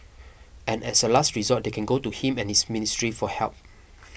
and as a last resort they can go to him and his ministry for help